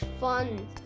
fun